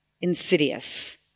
insidious